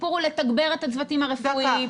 הסיפור הוא לתגבר את הצוותים הרפואיים,